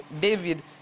David